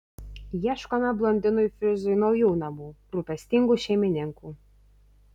ieškome blondinui frizui naujų namų rūpestingų šeimininkų